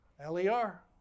L-E-R